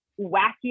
wacky